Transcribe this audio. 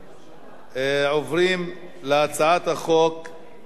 אנחנו עוברים להצעה הבאה: